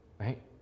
right